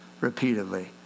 repeatedly